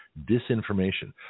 Disinformation